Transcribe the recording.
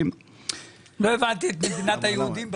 הבנתי את מדינת היהודים.